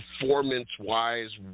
performance-wise